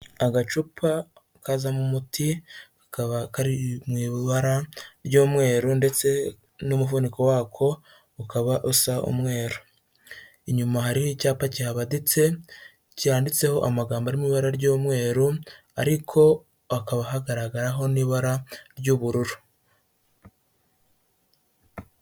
Agacupa kazamo umuti kakaba kari mu ibara ry'umweru ndetse n'umufuniko wako ukaba usa umweru, inyuma hari icyapa cyanditseho amagambo ari mu ibara ry'umweru ariko hakaba hagaragaraho n'ibara ry'ubururu.